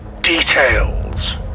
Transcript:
Details